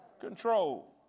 control